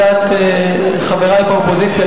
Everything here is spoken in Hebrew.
על דעת חברי באופוזיציה,